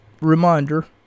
reminder